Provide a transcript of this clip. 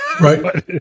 right